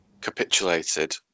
capitulated